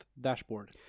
dashboard